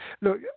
look